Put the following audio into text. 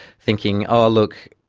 thinking, oh look,